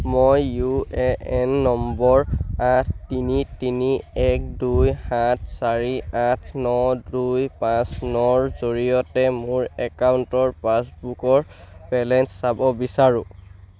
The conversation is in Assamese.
মই ইউ এ এন নম্বৰ আঠ তিনি তিনি এক দুই সাত চাৰি আঠ ন দুই পাঁচ নৰ জৰিয়তে মোৰ একাউণ্টৰ পাছবুকৰ বেলেঞ্চ চাব বিচাৰোঁ